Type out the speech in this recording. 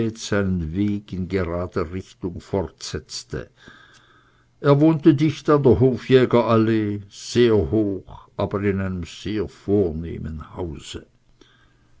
in gerader richtung fortsetzte er wohnte dicht an der hofjägerallee sehr hoch aber in einem sehr vornehmen hause